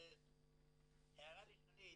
הערה לשונית.